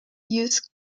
use